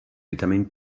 vitamin